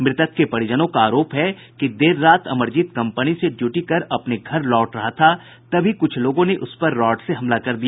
मृतक के परिजनों का आरोप है कि देर रात अमरजीत कंपनी से ड्यूटी कर अपने घर लौट रहा था तभी कुछ लोगों ने उसपर रॉड से हमला कर दिया